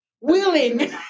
willing